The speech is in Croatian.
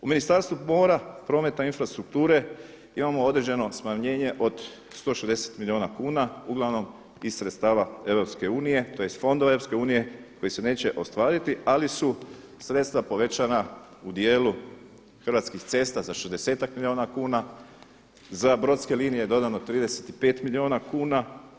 U Ministarstvu mora, prometa i infrastrukture imamo određeno smanjenje od 160 milijuna kuna, uglavnom iz sredstava EU, tj. fondova EU koji se neće ostvariti ali su sredstva povećana u dijelu Hrvatskih cesta za 60-ak milijuna kuna, za brodske linije dodano 35 milijuna kuna.